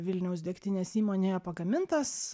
vilniaus degtinės įmonėje pagamintas